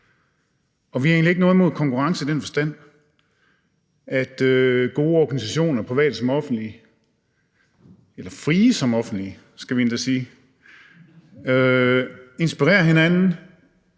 og vi har egentlig ikke noget imod konkurrence i den forstand, at gode organisationer, private som offentlige – eller frie som offentlige, skal vi endda sige – inspirerer hinanden